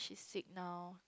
sick now